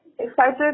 Excited